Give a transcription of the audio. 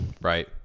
right